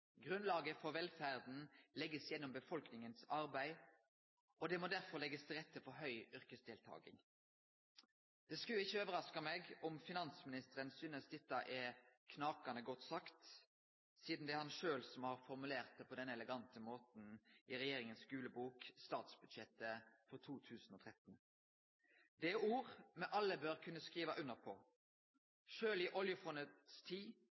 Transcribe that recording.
Grunnlaget for velferden legges gjennom befolkningens arbeid, og det må derfor legges til rette for høy yrkesdeltaking.» Det skulle ikkje overraske meg om finansministeren synest dette er knakande godt sagt, sidan det er han sjølv som har formulert det på denne elegante måten i regjeringas gule bok, statsbudsjettet for 2013. Det er ord me alle bør kunne skrive under på. Sjølv i oljefondets tid